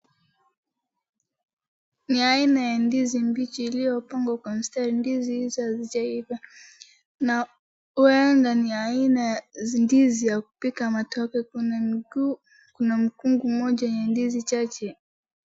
Ni aina ya ndizi mbichi iliyopangwa kwa mstari. Ndizi hizi hazijaiva na huenda ni aina ya ndizi ya kupika matoke. Kuna miguu, kuna mkungu mmoja ya ndizi chache.